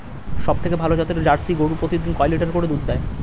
সবথেকে ভালো জাতের জার্সি গরু প্রতিদিন কয় লিটার করে দুধ দেয়?